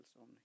on